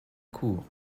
cour